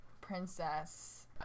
princess